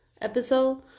episode